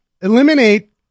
Eliminate